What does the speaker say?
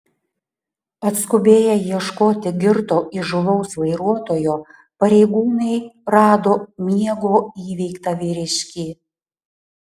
atskubėję ieškoti girto įžūlaus vairuotojo pareigūnai rado miego įveiktą vyriškį